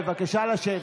בבקשה לשבת.